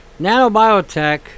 Nanobiotech